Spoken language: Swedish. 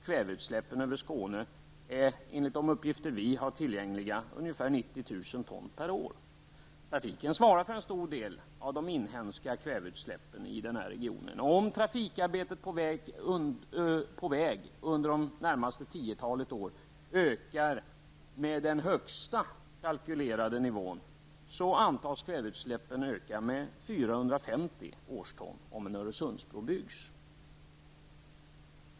Kväveutsläppen över Skåne är, enligt de uppgifter vi har tillgängliga, ungefär 90 000 ton per år. Trafiken svarar för en stor del av de inhemska kväveutsläppen i den här regionen. Om trafikarbetet på väg under de närmaste tio åren ökar i överensstämmelse med den högsta kalkylerade nivån, kommer kväveutsläppen antagligen att öka med 450 årston. Så blir det om en Öresundsbro byggs.